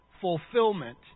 fulfillment